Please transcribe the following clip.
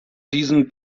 diesen